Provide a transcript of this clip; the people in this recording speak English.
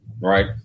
right